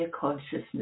consciousness